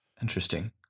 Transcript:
Interesting